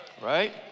Right